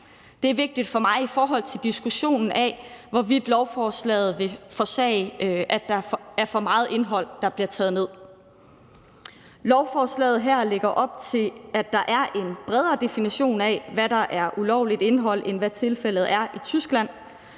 Det er vigtigt for mig i forhold til diskussionen af, hvorvidt lovforslaget vil forårsage, at der er for meget indhold, der bliver taget ned. Lovforslaget her lægger op til, at der er en bredere definition af, hvad der er ulovligt indhold, end hvad tilfældet er i Tyskland.